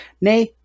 Nay